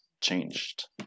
changed